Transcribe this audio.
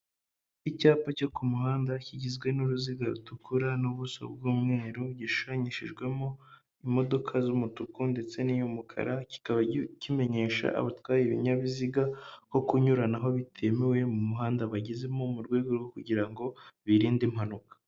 Icyapa cyo ku muhanda kigizwe n'uruziga rutukura n'ubuso bw'umweru, gishunyishijwemo imodoka z'umutuku ndetse n'iy'umukara, kikaba kimenyesha abatwaye ibinyabiziga ko kunyuranaho bitemewe mu muhanda bagezemo, mu rwego rwo kugira birinde impanuka.